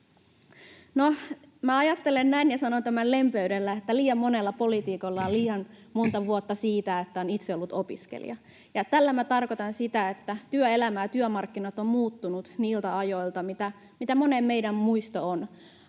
ajattelen näin ja sanon tämän lempeydellä, että liian monella poliitikolla on liian monta vuotta siitä, kun on itse ollut opiskelija, ja tällä minä tarkoitan sitä, että työelämä ja työmarkkinat ovat muuttuneet niiltä ajoilta, mistä monen meidän muisto on.